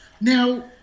Now